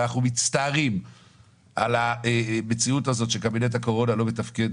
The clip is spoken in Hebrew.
אנחנו מצטערים על המציאות הזאת שקבינט הקורונה לא מתפקד